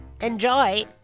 Enjoy